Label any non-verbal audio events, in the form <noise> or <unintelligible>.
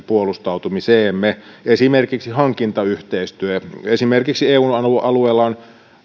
<unintelligible> puolustautumiseemme esimerkiksi hankintayhteistyö esimerkiksi eun alueella alueella on